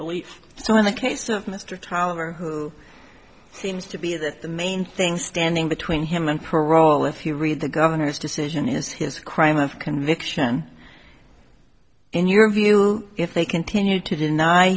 relief so in the case of mr tyler who seems to be that the main thing standing between him and parole if you read the governor's decision is his crime of conviction in your view if they continue to deny